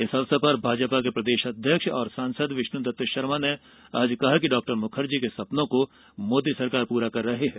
इस अवसर पर भाजपा के प्रदेश अध्यक्ष व सांसद विष्णुदत्त शर्मा ने आज कहा कि डॉ मुखर्जी के सपनों को मोदी सरकार पूरा कर रही है